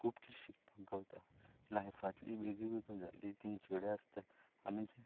खूब कितें शिकपाक गावता लायफांतली वेगळी वेगळी गजाली तांचे कडेन आसता आमी जें